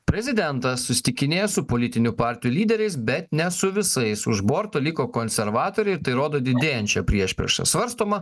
prezidentas susitikinėja su politinių partijų lyderiais bet ne su visais už borto liko konservatoriai ir tai rodo didėjančią priešpriešą svarstoma